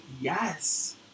Yes